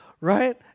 right